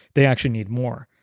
they actually need more,